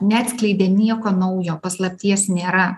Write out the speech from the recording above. neatskleidė nieko naujo paslapties nėra